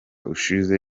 ushize